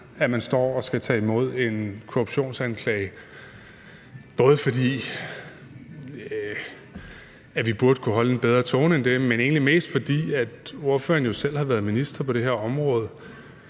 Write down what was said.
at man står og skal tage imod en korruptionsanklage, både fordi vi burde kunne holde en bedre tone end det, men egentlig mest fordi ordføreren jo selv har været minister på det her område